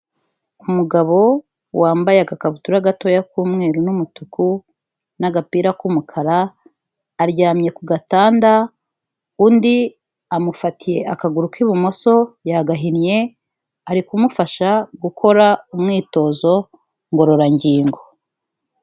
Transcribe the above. Umugabo wambaye agakabutura gato k'umweru n'umutuku n'agapira k'umukara, aryamye ku gatanda, undi amufatiye akaguru k'ibumoso yagahinnye ari kumufasha gukora umwitozo ngororangingo.